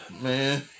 Man